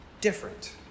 different